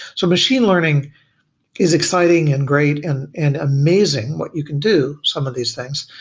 so machine learning is exciting and great and and amazing what you can do some of these things,